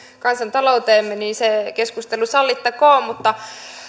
kansantalouteemmekin niin se keskustelu sallittakoon mutta